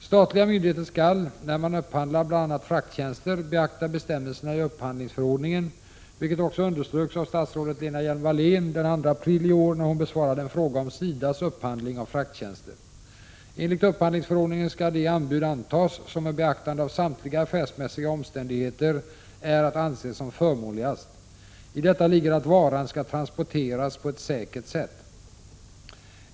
Statliga myndigheter skall, när bl.a. frakttjänster upphandlas, beakta bestämmelserna i upphandlingsförordningen, vilket också underströks av statsrådet Lena Hjelm-Wallén den 2 april i år när hon besvarade en fråga om SIDA:s upphandling av frakttjänster. Enligt upphandlingsförordningen skall det anbud antas som med beaktande av samtliga affärsmässiga omständigheter är att anse som förmånligast. I detta ligger att varan skall transporteras på ett säkert sätt.